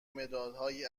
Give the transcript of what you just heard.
مدادهایی